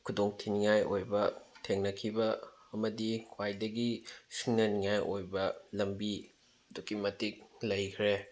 ꯈꯨꯗꯣꯡ ꯊꯤꯅꯤꯡꯉꯥꯏ ꯑꯣꯏꯕ ꯊꯦꯡꯅꯈꯤꯕ ꯑꯃꯗꯤ ꯈ꯭ꯋꯥꯏꯗꯒꯤ ꯁꯤꯡꯅꯅꯤꯡꯉꯥꯏ ꯑꯣꯏꯕ ꯂꯝꯕꯤ ꯑꯗꯨꯛꯀꯤ ꯃꯇꯤꯛ ꯂꯩꯈ꯭ꯔꯦ